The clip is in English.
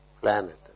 planet